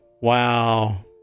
Wow